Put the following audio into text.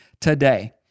today